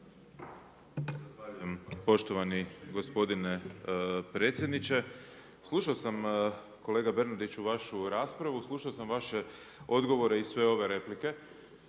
Zahvaljujem poštovani gospodin predsjedniče. Slušao sam kolega Bernardiću vašu raspravu, slušao sam vaše odgovore i sve ove replike